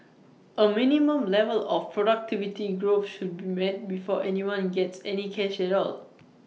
A minimum level of productivity growth should be met before anyone gets any cash at all